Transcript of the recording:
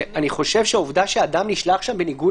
שאני חושב שהעובדה שאדם נשלח לשם בניגוד